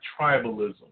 tribalism